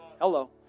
Hello